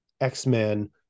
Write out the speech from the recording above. X-Men